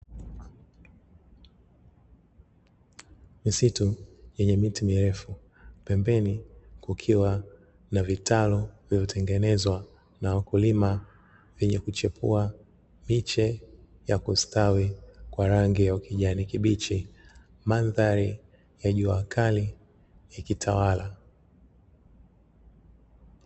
Misitu yenye miti mirefu pembeni kukiwa na vitalu vilivyotengenezwa na wakulima, vyenye kuchipua miche ya kustawi kwa rangi ya ukijani kibichi, mandhari ya jua kali ikitawala.